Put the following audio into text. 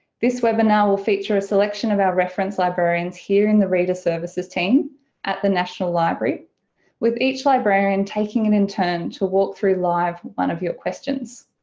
this webinar will feature a selection of our reference librarians here in the reader services team at the national library with each librarian taking it in turn to walk through live one of your questions.